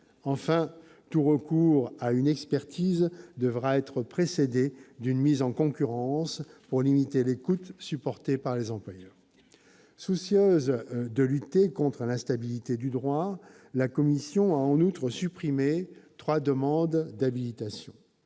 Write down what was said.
Enfin, tout recours à une expertise devra être précédé d'une mise en concurrence pour limiter les coûts supportés par les employeurs. Soucieuse de lutter contre l'instabilité du droit, la commission a en outre supprimé trois demandes d'habilitation.